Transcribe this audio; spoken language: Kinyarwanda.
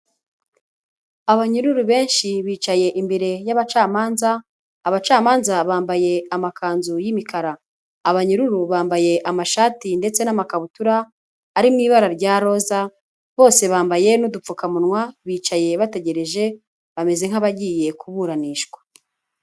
Abanyururu benshi bicaye imbere y'abacamanza, abacamanza bambaye amakanzu y'imikara, abanyururu bambaye amashati ndetse n'amakabutura ari mu ibara rya roza, bose bambaye n'udupfukamunwa bicaye bategereje bameze nk'abagiye kuburanishwa.